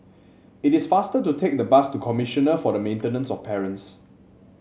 it is faster to take the bus to Commissioner for the Maintenance of Parents